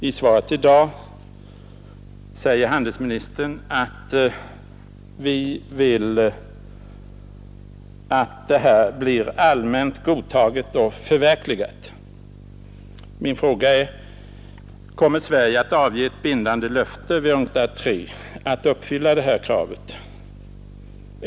I svaret i dag säger handelsministern att vi vill att detta förslag blir allmänt godtaget och förverkligat. Min fråga är: Kommer Sverige att avge ett bindande löfte vid UNCTAD III om att uppfylla detta krav?